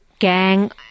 gang